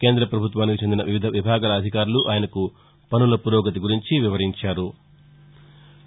కేంద ప్రభుత్వానికి చెందిన వివిధ విభాగాల అధికారులు ఆయనకు పనుల పురోగతి గురించి వివరించారు